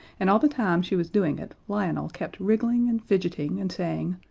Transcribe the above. and all the time she was doing it lionel kept wriggling and fidgeting and saying,